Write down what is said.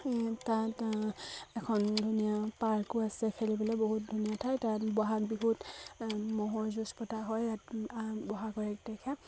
তাত এখন ধুনীয়া পাৰ্কো আছে খেলিবলৈ বহুত ধুনীয়া ঠাই তাত বহাগ বিহুত ম'হৰ যুঁজ পতা হয় ইয়াত বহাগৰ এক তাৰিখে